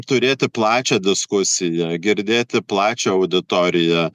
turėti plačią diskusiją girdėti plačią auditoriją